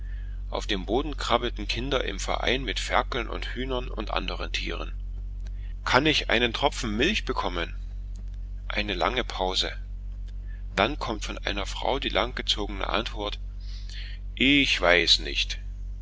auf dem boden krabbelten kinder im verein mit ferkeln und hühnern und andern tieren kann ich einen tropfen milch bekommen eine lange pause dann kommt von einer frau die langgezogene antwort ich weiß nicht